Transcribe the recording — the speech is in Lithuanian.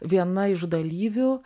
viena iš dalyvių